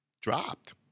Dropped